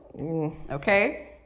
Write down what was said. Okay